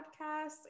Podcasts